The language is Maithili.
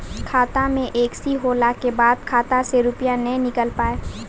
खाता मे एकशी होला के बाद खाता से रुपिया ने निकल पाए?